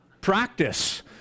practice